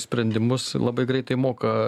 sprendimus labai greitai moka